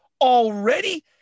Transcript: already